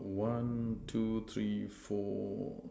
one two three four